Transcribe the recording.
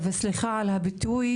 וסליחה על הביטוי,